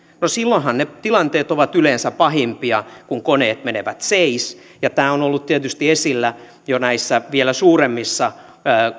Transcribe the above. no silloinhan ne tilanteet ovat yleensä pahimpia kun koneet menevät seis tämä on ollut tietysti esillä jo näissä vielä suuremmissa